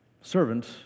servant